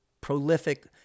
prolific